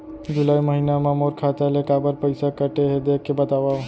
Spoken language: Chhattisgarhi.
जुलाई महीना मा मोर खाता ले काबर पइसा कटे हे, देख के बतावव?